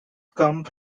come